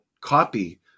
copy